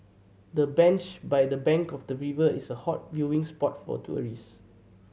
the bench by the bank of the river is a hot viewing spot for tourist